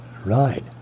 Right